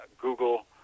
Google